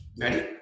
Ready